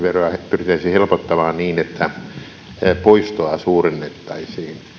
pyrittäisiin helpottamaan niin että poistoa suurennettaisiin